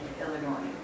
Illinois